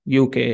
UK